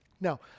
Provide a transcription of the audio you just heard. Now